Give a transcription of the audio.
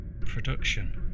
Production